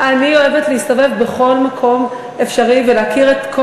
אני אוהבת להסתובב בכל מקום אפשרי ולהכיר את כל